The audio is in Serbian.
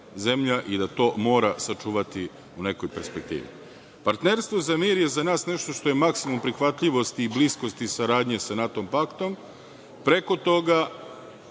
i da to mora sačuvati u nekoj perspektivi. Partnerstvo za mir je za nas nešto što je maksimum prihvatljivosti i bliskosti saradnje sa NATO-paktom, preko toga